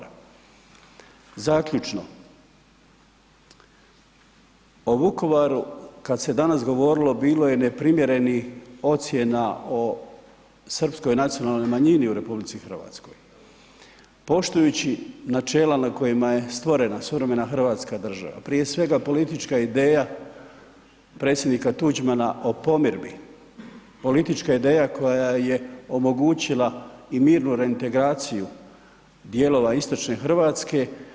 Zaključno, o Vukovaru, kad se danas govorilo bilo je neprimjerenih ocjena o srpskoj nacionalnoj manjini u RH poštujući načela na kojima je stvorena suvremena hrvatska država, prije svega, politička ideja predsjednika Tuđmana o pomirbi, politička ideja koja je omogućila i mirnu reintegraciju dijelova istočne Hrvatske.